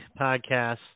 Podcast